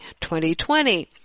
2020